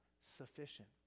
sufficient